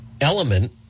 element